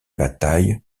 bataille